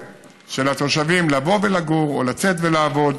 של התושבים לבוא ולגור או לצאת ולעבוד